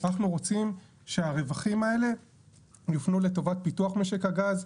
אנחנו רוצים שהרווחים האלה יופנו לטובת פיתוח משק הגז,